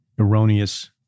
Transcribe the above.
erroneous